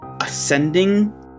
ascending